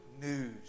news